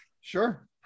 Sure